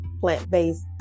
plant-based